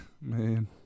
Man